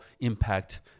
impact